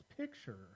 Picture